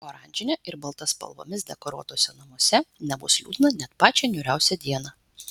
oranžine ir balta spalvomis dekoruotuose namuose nebus liūdna net pačią niūriausią dieną